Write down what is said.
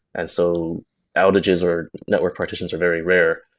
and so outages or network partitions are very rare.